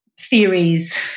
theories